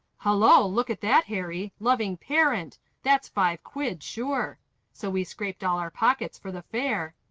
hallo! look at that, harry loving parent that's five quid, sure so we scraped all our pockets for the fare.